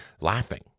laughing